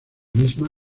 misma